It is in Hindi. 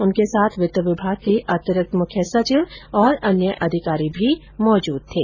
उनके साथ वित्त विभाग के अतिरिक्त मुख्य सचिव और अन्य अधिकारी भी मौजूद थे